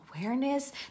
awareness